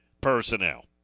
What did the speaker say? personnel